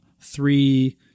three